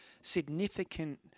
significant